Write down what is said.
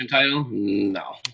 No